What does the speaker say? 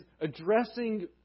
addressing